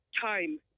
time